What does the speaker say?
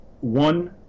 one